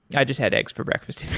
i just had eggs for breakfast